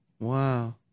Wow